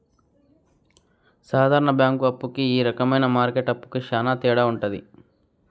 సాధారణ బ్యాంక్ అప్పు కి ఈ రకమైన మార్కెట్ అప్పుకి శ్యాన తేడా ఉంటది